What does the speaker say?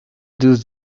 does